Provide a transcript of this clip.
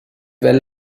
well